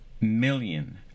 million